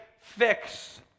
fix